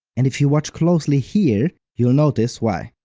and if you watch closely here, you'll notice why.